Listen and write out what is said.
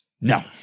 No